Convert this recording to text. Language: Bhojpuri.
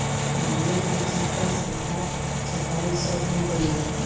नारियल के छिलका से टाट आ चटाई सब भी बनेला